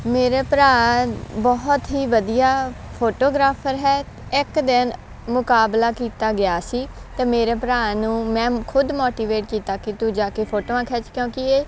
ਮੇਰੇ ਭਰਾ ਬਹੁਤ ਹੀ ਵਧੀਆ ਫੋਟੋਗ੍ਰਾਫਰ ਹੈ ਇੱਕ ਦਿਨ ਮੁਕਾਬਲਾ ਕੀਤਾ ਗਿਆ ਸੀ ਅਤੇ ਮੇਰੇ ਭਰਾ ਨੂੰ ਮੈਂ ਖੁਦ ਮੋਟੀਵੇਟ ਕੀਤਾ ਕਿ ਤੂੰ ਜਾ ਕੇ ਫੋਟੋਆਂ ਖਿੱਚ ਕਿਉਂਕਿ ਇਹ